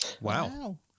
wow